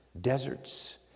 Deserts